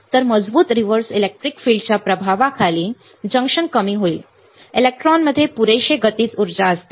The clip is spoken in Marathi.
तर मजबूत रिव्हर्स इलेक्ट्रिक फील्डच्या प्रभावाखाली जंक्शन कमी होईल इलेक्ट्रॉनमध्ये पुरेशी गतीज ऊर्जा असते